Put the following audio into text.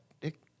Dick